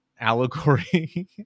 allegory